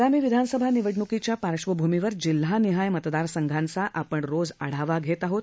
आगामी विधानसभा निवडणुकीच्या पार्श्वभूमीवर जिल्हानिहाय मतदार संघांचा आपण रोज आढावा घेणार आहोत